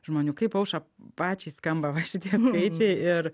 žmonių kaip aušra pačiai skamba va šitie skaičiai ir